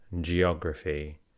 geography